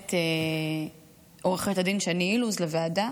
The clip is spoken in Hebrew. המועמדת עו"ד שני אילוז לוועדה.